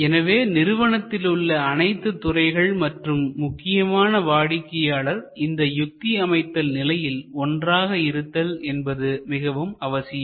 எனவே நிறுவனத்திலுள்ள அனைத்து துறைகள் மற்றும் முக்கியமான வாடிக்கையாளர்கள் இந்த யுக்தி அமைத்தல் நிலையில் ஒன்றாக இருத்தல் என்பது மிகவும் அவசியம்